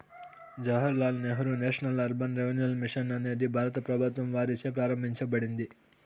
Jawahar Lal Nehru national urban renewal mission అనేది భారత ప్రభుత్వం వారిచే ప్రారంభించబడింది